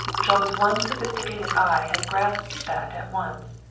jean's one sophisticated eye had grasped that at once.